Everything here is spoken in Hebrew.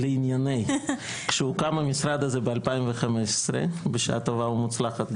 כשהוקם המשרד הזה בשנת 2015 בשעה טובה ומוצלחת,